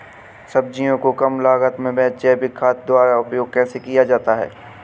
सब्जियों को कम लागत में जैविक खाद द्वारा उपयोग कैसे किया जाता है?